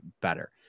better